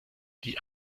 die